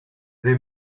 they